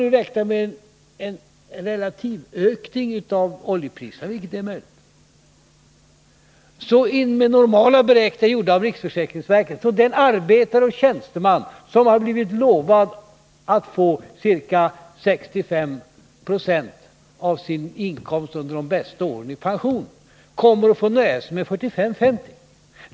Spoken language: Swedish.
Om det blir en relativökning av oljepriserna, vilket är möjligt, visar normala beräkningar, gjorda av riksförsäkringsverket, att den arbetare och den tjänsteman som blivit lovad att få ca 65 96 av sin inkomst under de bästa åren i pension kommer att få nöja sig med 45-50 20.